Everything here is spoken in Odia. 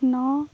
ନଅ